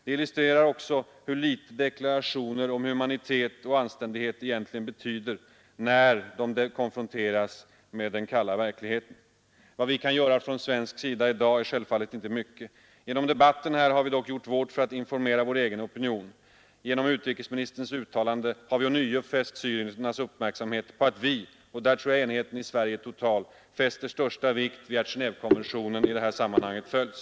Det illustrerar också hur litet deklarationer om humanitet och anständighet egentligen betyder när de konfronteras med den kalla verkligheten. Vad vi kan göra från svensk sida i dag är självfallet inte mycket. Genom debatten här har vi dock gjort vårt för att informera vår egen opinion. Genom utrikesministerns uttalande har vi ånyo riktat syriernas uppmärksamhet på att vi — och där tror jag enigheten i Sverige är total — fäster största vikt vid att Genévekonventionen i det här sammanhanget följs.